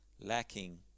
lacking